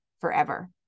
forever